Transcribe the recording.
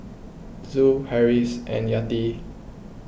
Zul Harris and Yati